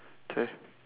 okay